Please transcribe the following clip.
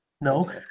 No